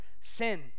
sin